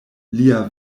lia